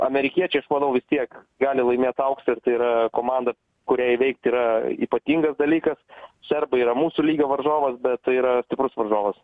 amerikiečiai aš manau vistiek gali laimėt auksą ir tai yra komanda kurią įveikti yra ypatingas dalykas serbai yra mūsų lygio varžovas bet tai yra stiprus varžovas